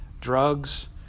drugs